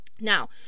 Now